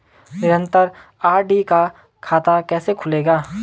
निरन्तर आर.डी का खाता कैसे खुलेगा?